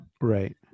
Right